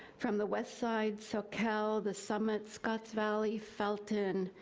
from the west side, socal, the summit, scotts valley, felton,